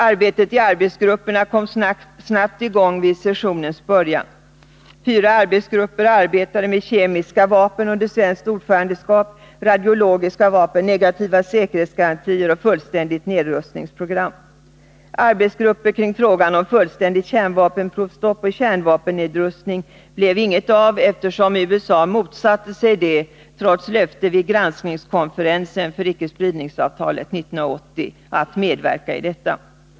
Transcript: Arbetet i arbetsgrupperna kom snabbt i gång vid sessionens början. Fyra arbetsgrupper arbetade med frågor rörande kemiska vapen — under svenskt ordförandeskap — radiologiska vapen, negativa säkerhetsgarantier och ett fullständigt nedrustningsprogram. Med arbetsgrupper kring frågan om fullständigt kärnvapenprovstopp och kärnvapennedrustning blev det inget av, eftersom USA motsatte sig att medverka trots sitt löfte vid granskningskonferensen för icke-spridnings-avtalet 1980.